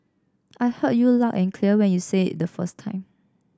I heard you loud and clear when you said it the first time